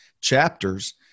chapters